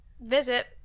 visit